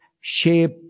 shape